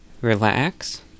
relax